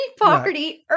party